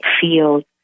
feel